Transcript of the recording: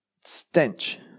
stench